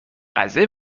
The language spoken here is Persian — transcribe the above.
قضیه